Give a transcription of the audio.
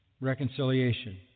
reconciliation